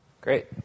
Great